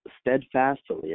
steadfastly